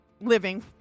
living